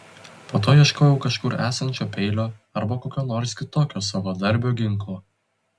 po to ieškojo kažkur esančio peilio arba kokio nors kitokio savadarbio ginklo